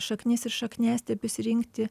šaknis ir šakniastiebius rinkti